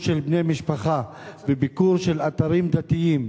של בני משפחה וביקור של אתרים דתיים,